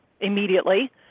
immediately